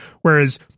Whereas